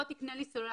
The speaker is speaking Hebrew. בוא תקנה לי סלולר,